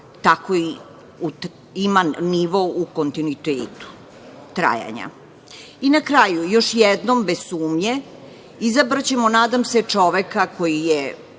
kadrova, ima nivo u kontinuitetu trajanja. Na kraju, još jednom bez sumnje, izabraćemo, nadam se, čoveka koji je